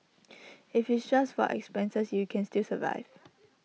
if it's just for your expenses you can still survive